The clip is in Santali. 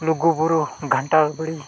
ᱞᱩᱜᱩᱼᱵᱩᱨᱩ ᱜᱷᱟᱱᱴᱟ ᱵᱟᱲᱮ